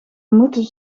moeten